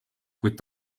kuid